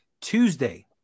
Tuesday